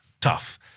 tough